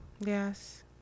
Yes